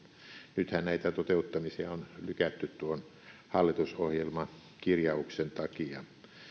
nythän näitä toteuttamisia on lykätty tuon hallitusohjelmakirjauksen takia